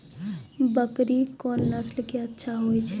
बकरी कोन नस्ल के अच्छा होय छै?